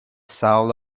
soul